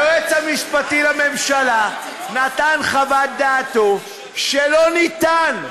היועץ המשפטי לממשלה נתן חוות דעתו שלא ניתן,